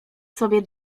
sobie